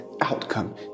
outcome